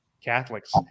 catholics